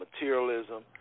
materialism